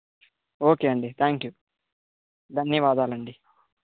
okay అండి thank you ధన్యవాదాలండి